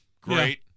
Great